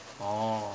orh